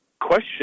question